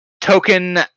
token